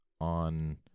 on